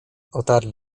otarli